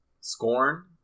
scorn